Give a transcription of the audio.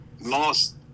lost